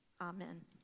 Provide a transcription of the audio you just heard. Amen